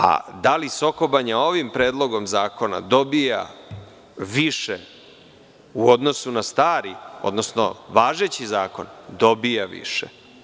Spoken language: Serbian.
A da li Soko Banja ovim predlogom zakona dobija više u odnosu na stari, odnosno važeći zakon – dobija više.